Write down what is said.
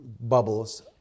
bubbles